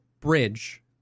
bridge